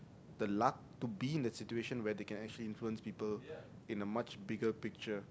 the luck to be in the situation where they can actually influence people in the much bigger picture